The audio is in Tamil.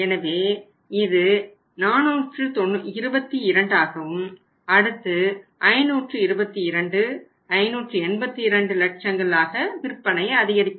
எனவே இது 422 ஆகவும் அடுத்து 522 582 லட்சங்கள் ஆக விற்பனை அதிகரிக்கும்